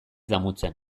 damutzen